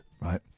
right